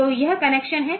तो यह कनेक्शन है